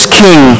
king